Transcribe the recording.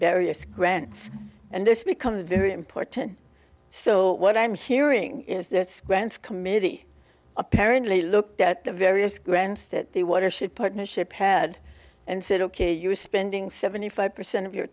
various grants and this becomes very important so what i'm hearing is this grants committee apparently looked at the various grants that the water should partnership had and said ok you're spending seventy five percent of your